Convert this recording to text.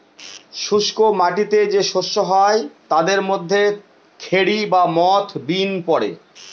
শুস্ক মাটিতে যে শস্য হয় তাদের মধ্যে খেরি বা মথ, বিন পড়ে